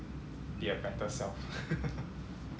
be a better self